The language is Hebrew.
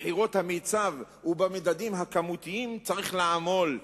בבחינות המיצ"ב ובמדדים הכמותיים צריך לעמול,